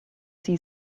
see